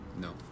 No